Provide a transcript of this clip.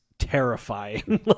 terrifying